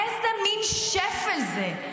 איזה מין שפל זה?